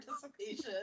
participation